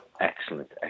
excellent